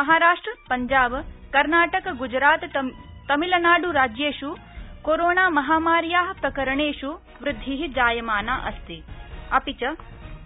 महाराष्ट्र पंजाब कर्नाटक ग्जरात तमिलनाड्राज्येष् कोरोणामहामार्याः प्रकरणेष् वृद्धिः जायमाना अस्ति